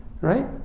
Right